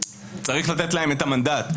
צריך לתת לו את המנדט,